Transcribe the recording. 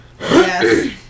Yes